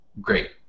Great